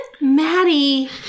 Maddie